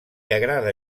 agrada